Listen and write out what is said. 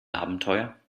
abenteuer